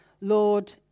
Lord